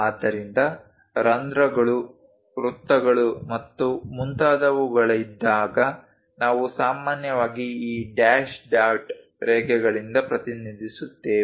ಆದ್ದರಿಂದ ರಂಧ್ರಗಳು ವೃತ್ತಗಳು ಮತ್ತು ಮುಂತಾದವುಗಳಿದ್ದಾಗ ನಾವು ಸಾಮಾನ್ಯವಾಗಿ ಈ ಡ್ಯಾಶ್ ಡಾಟ್ ರೇಖೆಗಳಿಂದ ಪ್ರತಿನಿಧಿಸುತ್ತೇವೆ